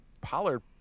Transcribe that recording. Pollard